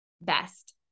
best